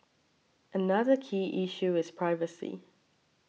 another key issue is privacy